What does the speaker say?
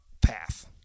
path